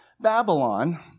Babylon